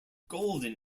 golden